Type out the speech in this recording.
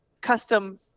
custom